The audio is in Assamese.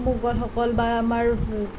মোগলসকল বা আমাৰ